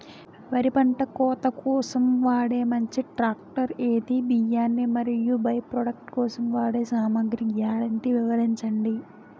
వరి పంట కోత కోసం వాడే మంచి ట్రాక్టర్ ఏది? బియ్యాన్ని మరియు బై ప్రొడక్ట్ కోసం వాడే సామాగ్రి గ్యారంటీ వివరించండి?